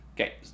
okay